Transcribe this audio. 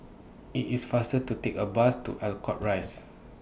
IT IS faster to Take A Bus to Ascot Rise